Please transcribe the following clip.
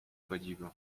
podziwu